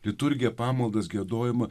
liturgiją pamaldas giedojimą